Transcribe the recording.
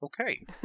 Okay